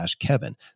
kevin